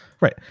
Right